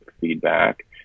feedback